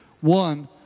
One